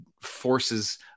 forces